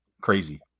crazy